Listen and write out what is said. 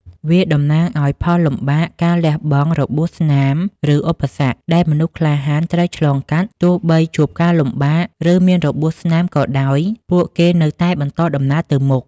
វាតំណាងឲ្យ ផលលំបាក ការលះបង់ របួសស្នាម ឬ ឧបសគ្គ ដែលមនុស្សក្លាហានត្រូវឆ្លងកាត់ ទោះបីជួបការលំបាក ឬមានរបួសស្នាមក៏ដោយ ពួកគេនៅតែបន្តដំណើរទៅមុខ។